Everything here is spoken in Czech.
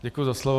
Děkuji za slovo.